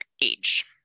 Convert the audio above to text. age